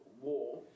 War